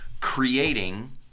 creating